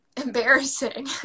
embarrassing